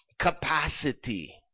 capacity